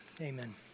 Amen